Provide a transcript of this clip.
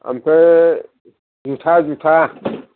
आमफाय जुथा जुथा